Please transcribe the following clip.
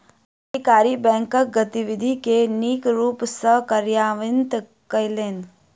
अधिकारी बैंकक गतिविधि के नीक रूप सॅ कार्यान्वित कयलैन